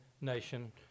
Nation